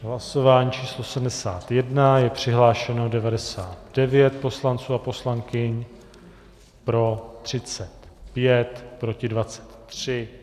V hlasování číslo 71 je přihlášeno 99 poslanců a poslankyň, pro 35, proti 23.